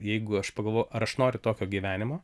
jeigu aš pagalvojau ar aš noriu tokio gyvenimo